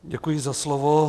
Děkuji za slovo.